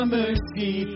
mercy